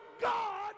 God